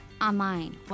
online